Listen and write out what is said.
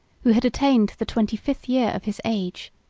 who had attained the twenty-fifth year of his age,